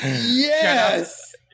Yes